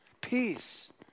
Peace